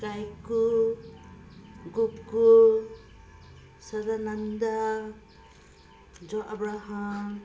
Kaiku Gokul Sadananda John Abraham